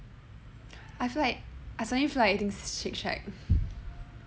I feel like I suddenly feel like eating shake shack